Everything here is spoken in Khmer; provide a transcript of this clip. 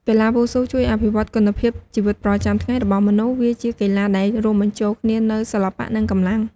កីឡាវ៉ូស៊ូជួយអភិវឌ្ឍគុណភាពជីវិតប្រចាំថ្ងៃរបស់មនុស្ស វាជាកីឡាដែលរួមបញ្ចូលគ្នានូវសិល្បៈ និងកម្លាំង។